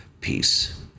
peace